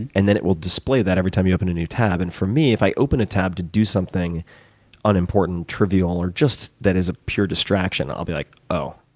and then it will display that every time you open a new tab. and for me, if i open a tab to do something unimportant, trivial, or just that is a pure distraction, i'll be like oh.